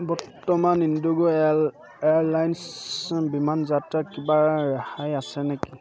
বৰ্তমান IndiGo air airlines বিমান যাত্ৰাত কিবা ৰেহাই আছে নেকি